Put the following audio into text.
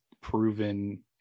proven